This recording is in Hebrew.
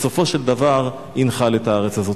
בסופו של דבר ינחל את הארץ הזאת.